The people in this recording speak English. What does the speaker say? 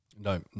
No